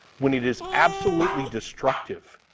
when it is absolutely destructive.